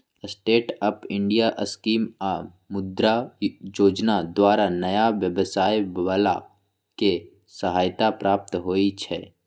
stand up India scheme आऽ मुद्रा जोजना द्वारा नयाँ व्यवसाय बला के सहायता प्राप्त होइ छइ